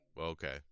Okay